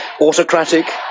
autocratic